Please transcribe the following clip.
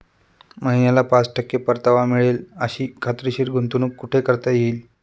महिन्याला पाच टक्के परतावा मिळेल अशी खात्रीशीर गुंतवणूक कुठे करता येईल?